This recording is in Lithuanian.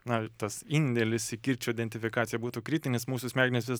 na tas indėlis į kirčio identifikaciją būtų kritinis mūsų smegenys vis